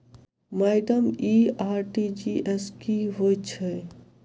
Madam इ RTGS की होइ छैय?